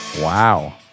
Wow